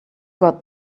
got